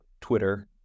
Twitter